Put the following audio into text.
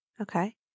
Okay